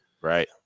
right